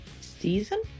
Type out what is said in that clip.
Season